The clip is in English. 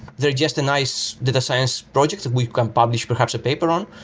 they're just a nice data science projects that we can publish perhaps a paper on,